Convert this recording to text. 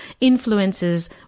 influences